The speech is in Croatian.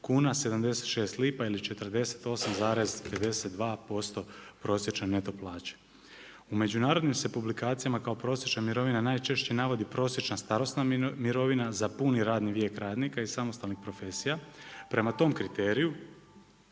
kuna 76 lipa ili 48,52% prosječne neto plaće. U međunarodnim se publikacijama kao prosječna mirovina najčešće navodi prosječna starosna mirovina za puni radni vijek radnika i samostalnih profesija. Prema tom kriteriju